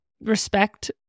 respect